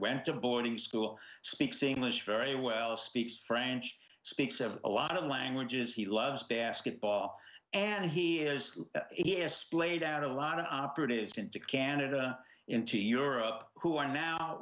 went to boarding school speaks english very well speaks french speaks of a lot of languages he loves basketball and he is it is splayed out a lot of operatives into canada into europe who are now